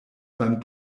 beim